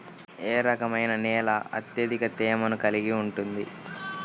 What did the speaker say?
ఏ రకమైన నేల అత్యధిక తేమను కలిగి ఉంటుంది?